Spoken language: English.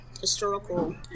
historical